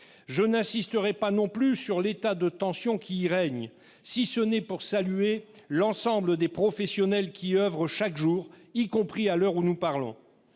Je n'insisterai pas non plus sur l'état de tension qui y règne, si ce n'est pour saluer l'ensemble des professionnels qui oeuvrent au quotidien, y compris à l'heure où nous parlons,